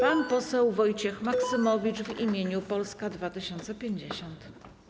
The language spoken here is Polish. Pan poseł Wojciech Maksymowicz w imieniu koła Polska 2050.